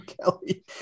Kelly